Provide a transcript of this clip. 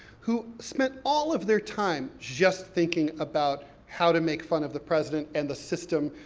who spent all of their time just thinking about how to make fun of the president, and the system,